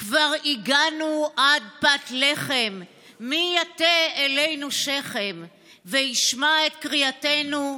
/ כבר הגענו עד פת לחם / מי יטה אלינו שכם / וישמע את קריאתנו?